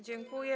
Dziękuję.